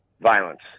violence